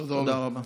תודה רבה.